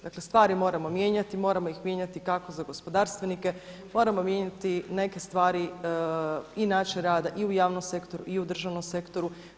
Dakle, stvari moramo mijenjati, moramo ih mijenjati kako za gospodarstvenike, moramo mijenjati neke stvari i našeg rada i u javnom sektoru i u državnom sektoru.